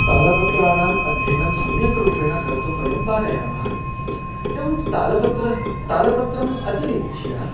तालपत्राणाम् अध्ययनं सम्यक् रूपेण कर्तुं वयं पारयामः एवं तालपत्रं तालपत्रम् अतिरिच्य